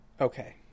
okay